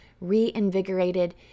reinvigorated